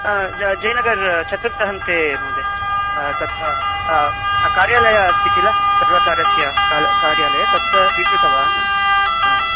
ज जयनगर् चतुर्थ अन्ते महोदय तत्र कार्यालयः अस्ति किल सर्वकारस्य कालः कार्यालये तत्र स्वीकृतवान्